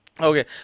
Okay